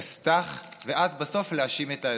כסת"ח ואז בסוף להאשים את האזרח.